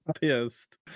pissed